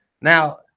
now